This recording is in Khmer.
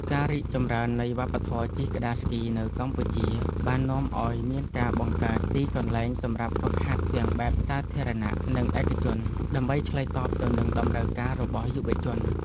ការរីកចម្រើននៃវប្បធម៌ជិះក្ដារស្គីនៅកម្ពុជា បាននាំឱ្យមានការបង្កើតទីកន្លែងសម្រាប់ហ្វឹកហាត់ទាំងបែបសាធារណៈ និងឯកជន ដើម្បីឆ្លើយតបទៅនឹងតម្រូវការរបស់យុវជន។